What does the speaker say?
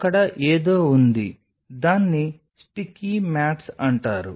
అక్కడ ఎదో ఉంది దాన్ని స్టిక్కీ మ్యాట్స్ అంటారు